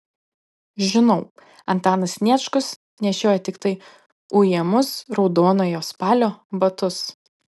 žinau antanas sniečkus nešiojo tiktai ujamus raudonojo spalio batus